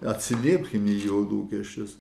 atsiliepkime į jo lūkesčius